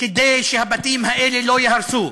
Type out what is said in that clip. כדי שהבתים האלה לא ייהרסו.